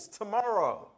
tomorrow